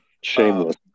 shameless